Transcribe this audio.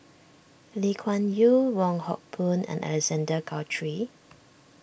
Lee Kuan Yew Wong Hock Boon and Alexander Guthrie